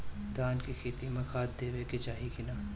धान के खेती मे खाद देवे के चाही कि ना?